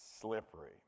slippery